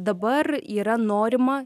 dabar yra norima